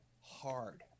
Hard